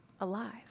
alive